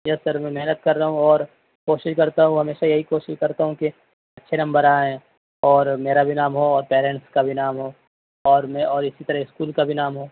یس sir میں محنت کر رہا ہوں اور کوشش کرتا ہوں ہمیشہ یہی کوشش کرتا ہوں کہ اچھے نمبر آئیں اور میرا بھی نام ہو اور پیرنٹس کا بھی نام ہو اور میں اور اسی طرح اسکول کا بھی نام ہو